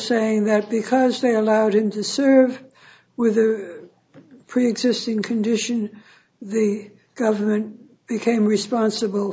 saying that because they allowed him to serve with a preexisting condition the government became responsible